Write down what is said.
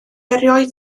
erioed